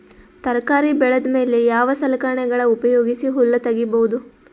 ತರಕಾರಿ ಬೆಳದ ಮೇಲೆ ಯಾವ ಸಲಕರಣೆಗಳ ಉಪಯೋಗಿಸಿ ಹುಲ್ಲ ತಗಿಬಹುದು?